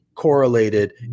correlated